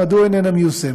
מדוע היא אינה מיושמת?